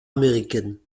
américaine